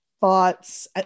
thoughts